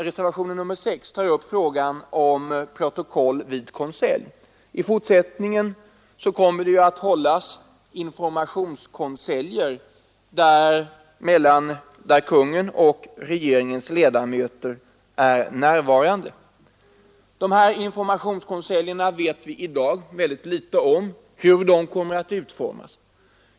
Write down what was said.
Reservationen 6 tar upp frågan om protokoll vid konselj. I fortsättningen kommer det att hållas informationskonseljer där kungen och regeringens ledamöter är närvarande. Vi vet i dag väldigt litet om hur dessa informationskonseljer kommer att utformas.